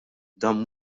dan